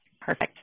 Perfect